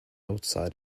outside